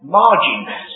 margins